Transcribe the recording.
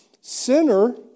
sinner